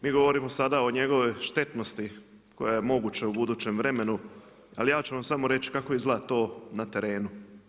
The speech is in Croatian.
Mi govorimo sada o njegovoj štetnosti koja je moguća u buduće vremenu, ali ja ću vam samo reći kako izgleda to na terenu.